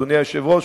אדוני היושב-ראש,